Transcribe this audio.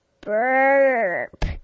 Burp